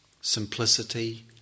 simplicity